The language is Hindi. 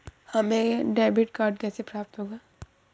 हमें डेबिट कार्ड कैसे प्राप्त होगा?